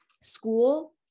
school